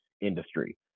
industry